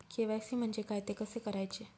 KYC म्हणजे काय? ते कसे करायचे?